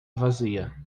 vazia